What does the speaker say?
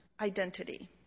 identity